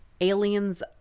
aliens